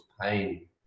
pain